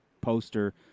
poster